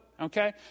okay